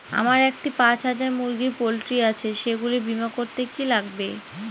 আমার একটি পাঁচ হাজার মুরগির পোলট্রি আছে সেগুলি বীমা করতে কি লাগবে?